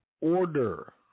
order